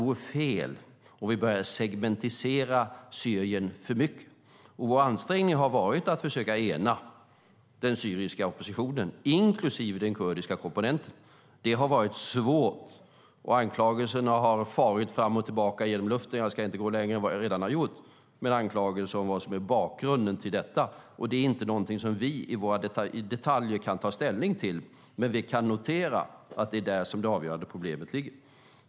Vi ska inte segmentera Syrien för mycket. Vår ansträngning har varit att försöka ena den syriska oppositionen, inklusive den kurdiska komponenten. Det har varit svårt. Anklagelserna har farit fram och tillbaka genom luften. Jag ska inte gå längre än vad jag redan har gjort med anklagelser och vad som är bakgrunden till detta. Det är inte någonting som vi i detaljer kan ta ställning till, men vi kan notera att det är där som det avgörande problemet ligger.